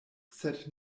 sed